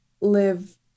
live